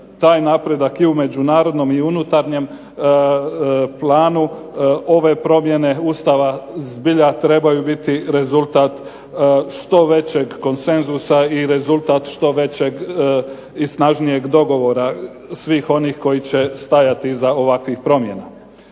taj napredak i u međunarodnom i unutarnjem planu ove promjene Ustava zbilja trebaju biti rezultat što većeg konsenzusa i rezultat što većeg i snažnijeg dogovora svih onih koji će stajati iza ovakvih promjena.